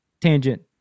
Tangent